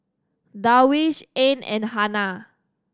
Darwish Ain and Hana